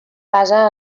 basa